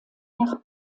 nach